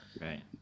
Right